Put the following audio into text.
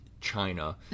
China